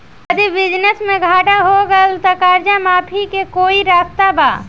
यदि बिजनेस मे घाटा हो गएल त कर्जा माफी के कोई रास्ता बा?